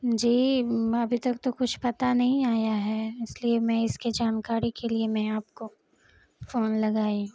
جی ابھی تک تو کچھ پتہ نہیں آیا ہے اس لیے میں اس کی جانکاری کے لیے میں آپ کو فون لگائی